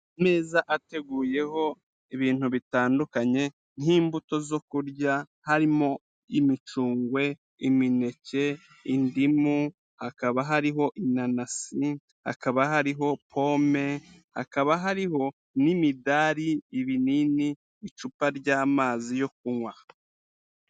Ameza ateguyeho ibintu bitandukanye nk'imbuto zo kurya, harimo imicungwe, imineke, indimu hakaba hariho inanasi, hakaba hariho pome, hakaba hariho n'imidari, ibinini, icupa ry'amazi yo kunywa.